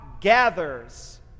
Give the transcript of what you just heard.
gathers